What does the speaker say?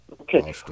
Okay